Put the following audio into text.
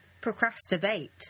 Procrastinate